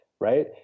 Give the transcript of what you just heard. right